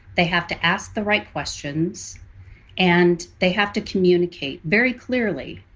they have to ask the right questions and they have to communicate very clearly.